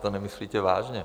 To nemyslíte vážně.